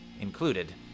included